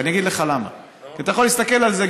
ואני אגיד לך למה: כי אתה יכול להסתכל על זה,